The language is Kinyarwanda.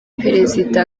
perezida